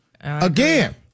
Again